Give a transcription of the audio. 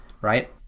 right